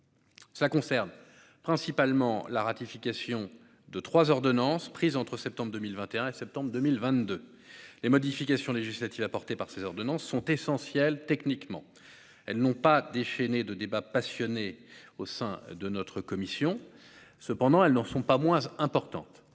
Cela concerne principalement la ratification de trois ordonnances, prises entre septembre 2021 et septembre 2022. Les modifications législatives apportées par ces ordonnances sont essentiellement techniques. Elles n'ont pas déchaîné de débats passionnés au sein de notre commission. Cependant, elles n'en sont pas moins importantes.